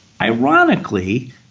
Ironically